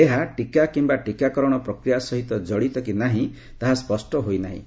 ଏହା ଟିକା କିମ୍ବା ଟିକାକରଣ ପ୍ରକ୍ରିୟା ସହିତ ଜଡ଼ିତ କି ନାହିଁ ତାହା ସ୍ୱଷ୍ଟ ହୋଇନାହିଁ